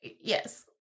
yes